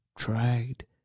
tried